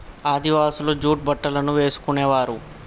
ఆదివాసులు జూట్ బట్టలను వేసుకునేవారు